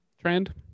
trend